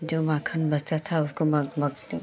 जो माखन बचा था उसको मग मगटे